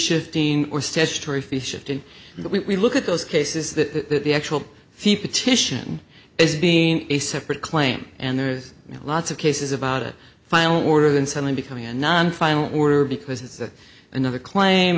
shifting or statutory fees shifted that we look at those cases that the actual fee petition is being a separate claim and there's lots of cases about it final order then suddenly becoming a non final order because another claim